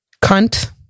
Cunt